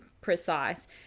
precise